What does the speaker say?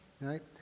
Right